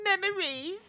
memories